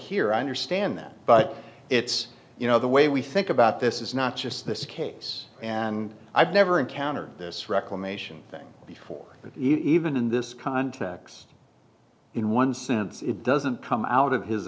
here i understand that but it's you know the way we think about this is not just this case and i've never encountered this reclamation thing before but even in this context in one sense it doesn't come out of his